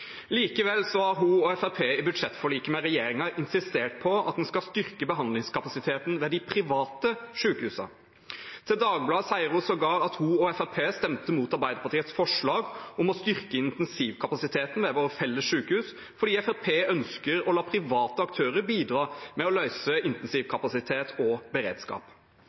Likevel har hun og Fremskrittspartiet i budsjettforliket med regjeringen insistert på at en skal styrke behandlingskapasiteten ved de private sykehusene. Til Dagbladet sier hun sågar at hun og Fremskrittspartiet stemte mot Arbeiderpartiets forslag om å styrke intensivkapasiteten ved våre felles sykehus, fordi Fremskrittspartiet ønsker å la private aktører bidra med å løse intensivkapasitet og beredskap.